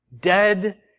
Dead